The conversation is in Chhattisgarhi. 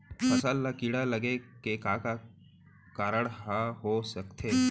फसल म कीड़ा लगे के का का कारण ह हो सकथे?